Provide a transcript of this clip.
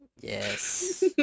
yes